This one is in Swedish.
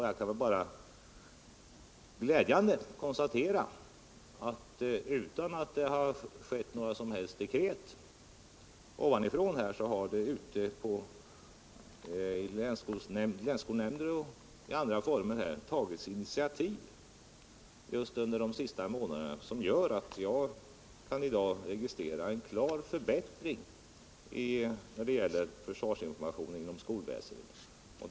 Jag kan med glädje konstatera att utan några som helst dekret ovanifrån har det under de senaste månaderna ute i länsskolnämnderna och även på annat sätt tagits initiativ till en klar förbättring när det gäller försvarsinformationen inom skolväsendet.